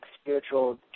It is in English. spiritual